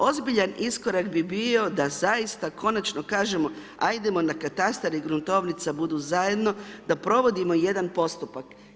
Ozbiljan iskorak bi bio da zaista konačno kažemo ajdemo da katastar i gruntovnica budu zajedno, da provodimo jedan postupak.